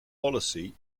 policy